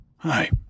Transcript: Hi